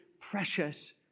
precious